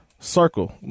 Circle